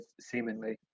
seemingly